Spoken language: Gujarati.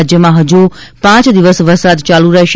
રાજ્યમાં હજૂ પાંચ દિવસ વરસાદ ચાલુ રહેશે